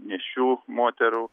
nėščių moterų